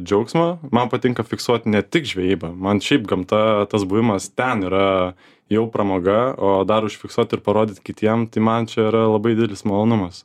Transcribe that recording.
džiaugsmo man patinka fiksuot ne tik žvejyba man šiaip gamta tas buvimas ten yra jau pramoga o dar užfiksuot ir parodyt kitiem tai man čia yra labai didelis malonumas